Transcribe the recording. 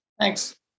Thanks